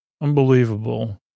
Unbelievable